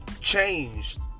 changed